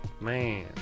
Man